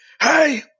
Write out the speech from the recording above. Hey